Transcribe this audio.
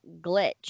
glitch